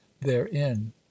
therein